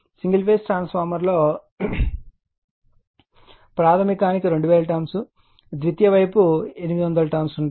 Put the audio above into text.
single phase ట్రాన్స్ఫార్మర్లో ప్రాధమికానికి 2000 turns ద్వితీయ వైపు 800 టర్న్స్ ఉంటాయి